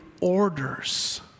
orders